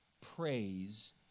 praise